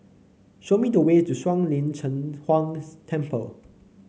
show me the way to Shuang Lin Cheng Huang Temple